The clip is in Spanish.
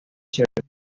ciertos